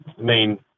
main